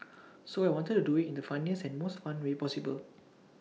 so I wanted to do IT in the funniest and most fun way possible